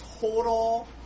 total